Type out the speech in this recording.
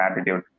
attitude